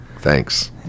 thanks